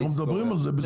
אנחנו מדברים על זה.